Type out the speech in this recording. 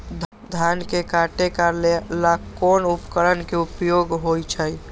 धान के काटे का ला कोंन उपकरण के उपयोग होइ छइ?